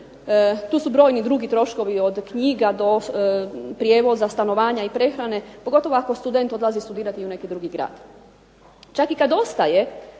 Tu su brojni drugi troškovi od knjiga do prijevoza, stanovanja i prehrane pogotovo ako student odlazi studirati u neki drugi grad. Čak i kad ostaje